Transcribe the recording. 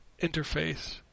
interface